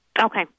Okay